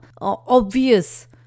obvious